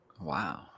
Wow